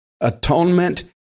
atonement